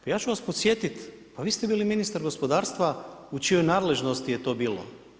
Pa ja ću vas podsjetit, pa vi ste bili ministar gospodarstva u čijoj nadležnosti je to bilo.